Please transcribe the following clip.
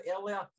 earlier